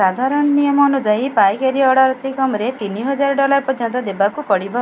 ସାଧାରଣ ନିୟମ ଅନୁଯାୟୀ ପାଇକାରୀ ଅର୍ଡ଼ର୍ ଅତି କମ୍ରେ ତିନିହଜାର ଡଲାର୍ ପର୍ଯ୍ୟନ୍ତ ଦେବାକୁ ପଡ଼ିବ